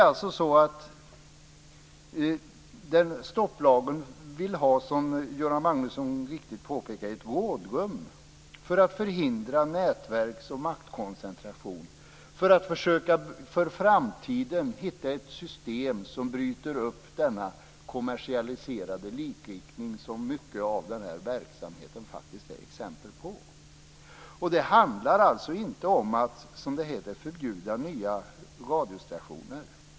Det stopplagen vill ha, som Göran Magnusson så riktigt påpekade, är ett rådrum för att förhindra nätverks och maktkoncentration, för att försöka att för framtiden hitta ett system som bryter upp denna kommersialiserade likriktning, som mycket av den här verksamheten faktiskt är exempel på. Det handlar alltså inte om att, som det heter, förbjuda nya radiostationer.